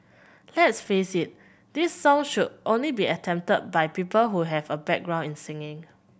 let's face it this song should only be attempted by people who have a background in singing